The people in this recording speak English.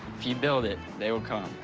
if you build it, they will come.